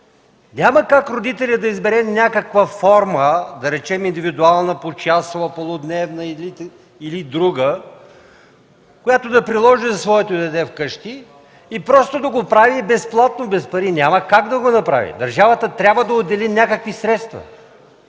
Няма как родителят да избере някаква форма, да речем, индивидуална, почасова, полудневна или друга, която да приложи за своето дете вкъщи и просто да го прави без пари. Няма как да го направи. Държавата трябва да отдели някакви средства,